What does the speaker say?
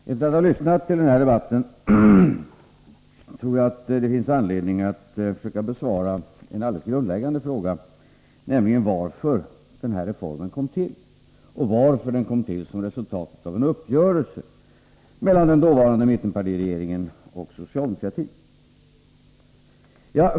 Herr talman! Efter att ha lyssnat till den här debatten tror jag att det finns anledning att försöka besvara en helt grundläggande fråga, nämligen varför den här reformen kom till och varför den kom till som ett resultat av en uppgörelse mellan den dåvarande mittenpartiregeringen och socialdemokratin.